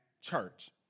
church